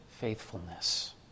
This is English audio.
faithfulness